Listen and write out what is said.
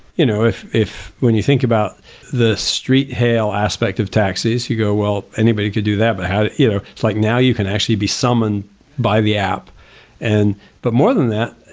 you know, if if when you think about the street hail aspect of taxis, you go, well, anybody could do that but you know, it's like now, you can actually be summoned by the app and but more than that,